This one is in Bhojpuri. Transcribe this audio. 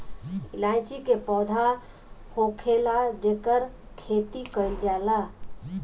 इलायची के पौधा होखेला जेकर खेती कईल जाला